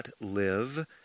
live